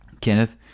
Kenneth